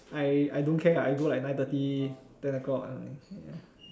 I I don't care I go like nine thirty then I go out only ya